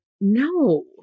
No